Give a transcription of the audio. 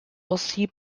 aussi